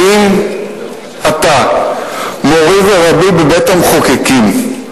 האם אתה, מורי ורבי בבית-המחוקקים,